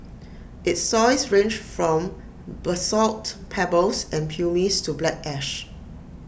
its soils range from basalt pebbles and pumice to black ash